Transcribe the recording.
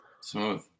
Smooth